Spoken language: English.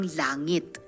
langit